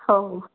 ହଉ